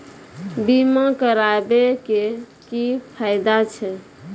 बीमा कराबै के की फायदा छै?